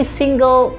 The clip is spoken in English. single